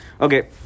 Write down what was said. Okay